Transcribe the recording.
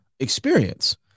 Experience